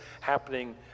happening